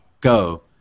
Go